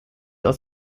aus